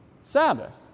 Sabbath